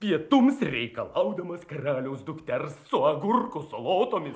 pietums reikalaudamas karaliaus dukters su agurkų salotomis